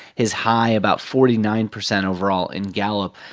his high about forty nine percent overall in gallup.